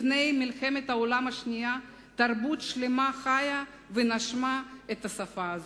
לפני מלחמת העולם השנייה תרבות שלמה חיה ונשמה את השפה הזאת.